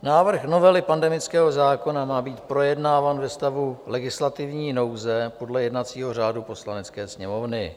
Návrh novely pandemického zákona má být projednáván ve stavu legislativní nouze podle jednacího řádu Poslanecké sněmovny.